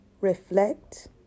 reflect